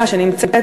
חממה.